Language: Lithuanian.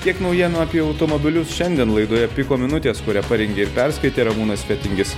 tiek naujienų apie automobilius šiandien laidoje piko minutės kurią parengė ir perskaitė ramūnas fetingis